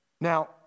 Now